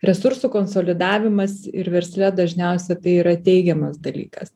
resursų konsolidavimas ir versle dažniausia tai yra teigiamas dalykas